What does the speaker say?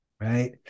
right